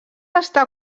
està